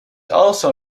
also